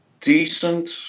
decent